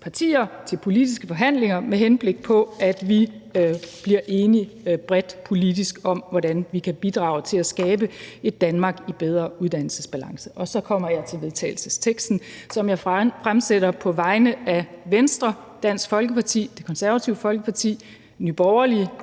partier til politiske forhandlinger, med henblik på at vi bliver enige bredt politisk om, hvordan vi kan bidrage til at skabe et Danmark i bedre uddannelsesbalance. Så kommer jeg til vedtagelsesteksten, og jeg vil på vegne af Venstre, Dansk Folkeparti, Det Konservative Folkeparti, Nye Borgerlige